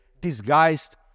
disguised